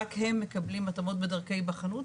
רק הם מקבלים התאמות בדרכי היבחנות,